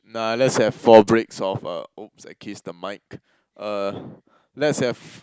nah let's have four breaks of uh oops I kissed the mic uh let's have